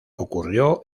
ocurrió